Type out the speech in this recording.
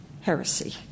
heresy